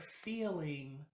feeling